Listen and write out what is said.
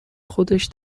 خودش